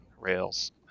Rails